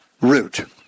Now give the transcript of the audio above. Root